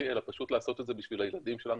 אלא פשוט לעשות את זה בשביל הילדים שלנו,